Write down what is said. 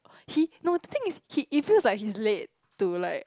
he no the thing is he it feels like he's late to like